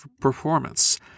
performance